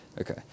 Okay